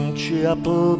chapel